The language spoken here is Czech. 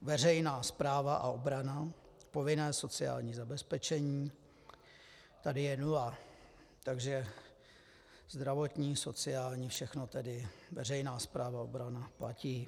Veřejná správa a obrana, povinné sociální zabezpečení, tady je nula, takže zdravotní, sociální, všechno tedy veřejná správa a obrana platí.